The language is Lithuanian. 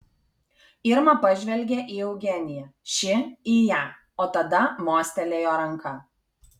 irma pažvelgė į eugeniją ši į ją o tada mostelėjo ranka